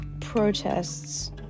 protests